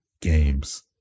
games